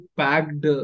packed